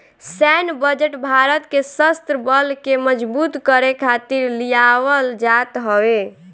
सैन्य बजट भारत के शस्त्र बल के मजबूत करे खातिर लियावल जात हवे